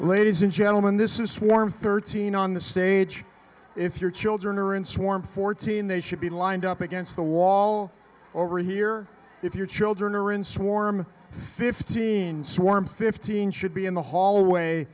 ladies and gentlemen this is swarms thirteen on the stage if your children are in swarm fourteen they should be lined up against the wall over here if your children are in swarm fifteen swarm fifteen should be in the hall way